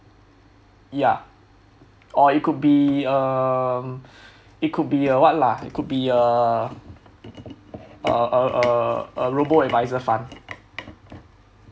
ya or it could be um it could be a what lah it could be a a a a a robo advisor fund